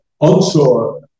onshore